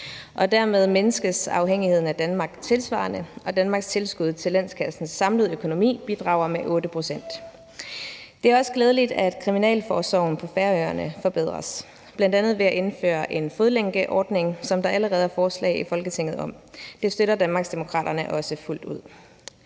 Dermed mindskes afhængigheden af Danmark tilsvarende, og Danmarks tilskud til landskassens samlede økonomi bidrager med 8 pct. Det er også glædeligt, at kriminalforsorgen på Færøerne forbedres, bl.a. ved at indføre en fodlænkeordning, som der allerede er forslag i Folketinget om. Det støtter Danmarksdemokraterne også fuldt ud.